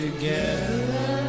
Together